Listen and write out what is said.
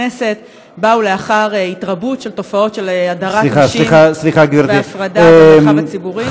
התקבלו לאחר התרבות תופעות של הדרת נשים והפרדה במרחב הציבורי.